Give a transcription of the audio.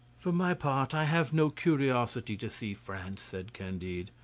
for my part, i have no curiosity to see france, said candide.